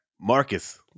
Marcus